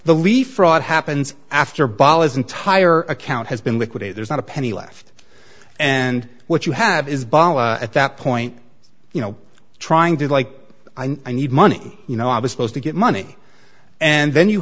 the leaf fraud happens after bol is entire account has been liquidated there's not a penny left and what you have is at that point you know trying to like i need money you know i was supposed to get money and then you